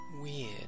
Weird